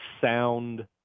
sound